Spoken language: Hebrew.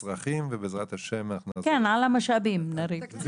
אז בעזרת השם, נעשה ונצליח.